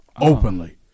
openly